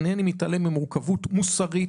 אינני מתעלם ממורכבות מוסרית,